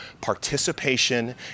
participation